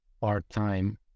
part-time